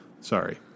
Sorry